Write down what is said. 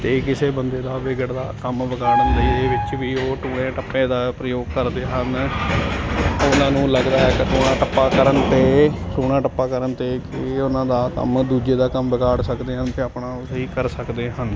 ਜੇ ਕਿਸੇ ਬੰਦੇ ਦਾ ਵਿਗੜਦਾ ਕੰਮ ਵਿਗਾੜਨ ਲਈ ਇਹ ਵਿੱਚ ਵੀ ਉਹ ਟੂਣੇ ਟੱਪੇ ਦਾ ਪ੍ਰਯੋਗ ਕਰਦੇ ਹਨ ਉਹਨਾਂ ਨੂੰ ਲੱਗਦਾ ਹੈ ਕਿ ਟੂਣਾ ਟੱਪਾ ਕਰਨ ਅਤੇ ਟੂਣਾ ਟੱਪਾ ਕਰਨ 'ਤੇ ਇਹ ਉਹਨਾਂ ਦਾ ਕੰਮ ਦੂਜੇ ਦਾ ਕੰਮ ਵਿਗਾੜ ਸਕਦੇ ਹਨ ਅਤੇ ਆਪਣਾ ਉਹ ਸਹੀ ਕਰ ਸਕਦੇ ਹਨ